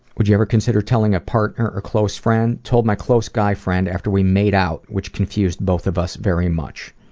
would you ever consider telling a partner or a close friend told my close guy friend after we made out which confused both of us very much.